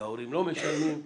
וההורים לא משלמים.